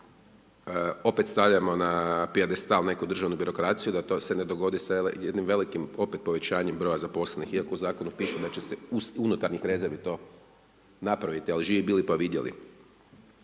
ne razumije./… neku državnu birokraciju, da to se ne dogodi jednim velikim opet povećanjem broja zaposlenih iako u zakonu piše da će se to unutarnjih rezervi to napraviti, ali živi bili pa vidjeli.